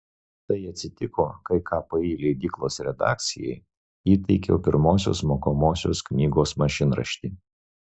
tai atsitiko kai kpi leidyklos redakcijai įteikiau pirmosios mokomosios knygos mašinraštį